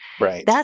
Right